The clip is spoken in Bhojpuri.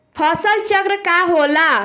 फसल चक्र का होला?